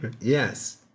yes